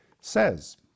says